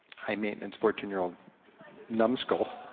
high-maintenance fourteen year old numbskull.